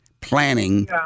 planning